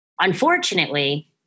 unfortunately